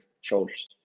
shoulders